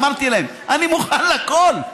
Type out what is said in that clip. אמרתי להם, אני מוכן לכול.